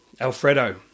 Alfredo